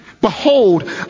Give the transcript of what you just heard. Behold